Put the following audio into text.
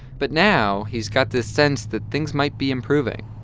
but now he's got this sense that things might be improving.